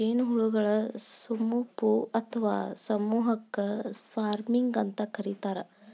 ಜೇನುಹುಳಗಳ ಸುಮಪು ಅತ್ವಾ ಸಮೂಹಕ್ಕ ಸ್ವಾರ್ಮಿಂಗ್ ಅಂತ ಕರೇತಾರ